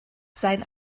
sein